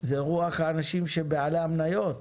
זה רוח האנשים שהם בעלי המניות